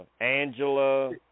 Angela